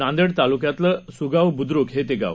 नांदेडतालुक्यातलंसुगावबुद्रुकहेतेगाव